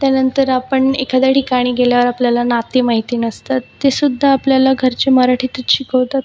त्यानंतर आपण एखाद्या ठिकाणी गेल्यावर आपल्याला नाती माहिती नसतात ती सुद्धा आपल्याला घरचे मराठीतच शिकवतात